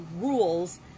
rules